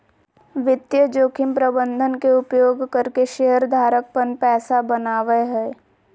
वित्तीय जोखिम प्रबंधन के उपयोग करके शेयर धारक पन पैसा बनावय हय